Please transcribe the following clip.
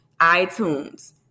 iTunes